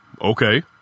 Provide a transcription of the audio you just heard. Okay